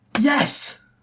Yes